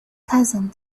cousin